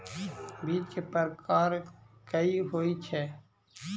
बीज केँ प्रकार कऽ होइ छै?